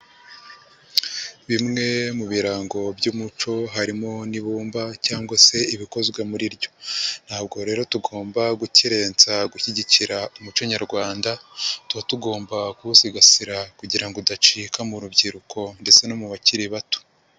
Bimwe mu birango by'umuco harimo n'ibumba cyangwa se ibikozwe muri ryo. Ntabwo rero tugomba gukerensa gushyigikira umuco nyarwanda, tuba tugomba kuwusigasira kugira udacika mu rubyiruko ndetse no mu bakiri bato.